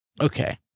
Okay